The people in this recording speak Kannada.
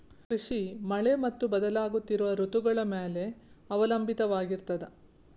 ಕೃಷಿ ಮಳೆ ಮತ್ತು ಬದಲಾಗುತ್ತಿರುವ ಋತುಗಳ ಮೇಲೆ ಅವಲಂಬಿತವಾಗಿರತದ